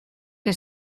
que